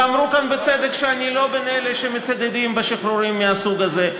ואמרו כאן בצדק שאני לא בין אלה שמצדדים בשחרורים מהסוג הזה,